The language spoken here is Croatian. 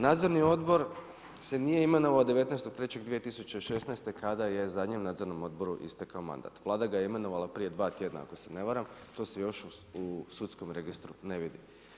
Nadzorni odbor se nije imenovao 19.3.2016. kad je zadnjem nadzornom odboru istekao mandat, Vlada ga je imenovala prije 2 tjedna ako se ne varam, to se još u Sudskom registru ne vidi.